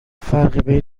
فرقی